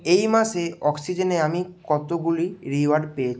এই মাসে অক্সিজেনে আমি কতগুলি রিওয়ার্ড পেয়েছি